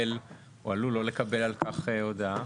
והוא עלול לא לקבל על כך הודעה?